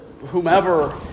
whomever